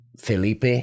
felipe